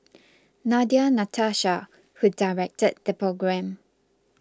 Nadia Natasha who directed the programme